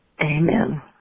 Amen